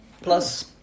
Plus